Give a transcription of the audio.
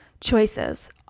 choices